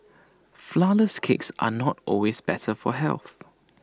Flourless Cakes are not always better for health